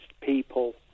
people